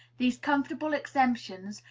these comfortable exemptions,